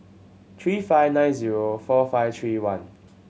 three five nine zero four five three one